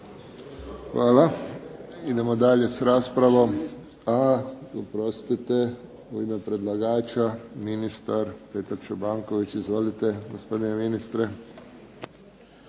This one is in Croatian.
Hvala. Idemo dalje s raspravom. A, oprostite. U ime predlagača ministar Petar Čobanković. Izvolite gospodine ministre.